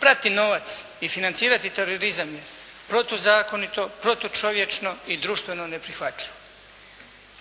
Prati novac i financirati terorizam je protuzakonito, protučovječno i društveno neprihvatljivo.